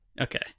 Okay